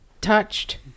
touched